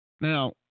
Now